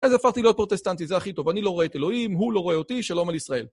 אז הפכתי להיות פרוטסטנטי, זה הכי טוב, אני לא רואה את אלוהים, הוא לא רואה אותי, שלום על ישראל.